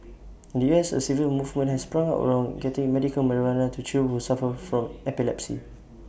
in the U S A civil movement has sprung up around getting medical marijuana to children who suffer from epilepsy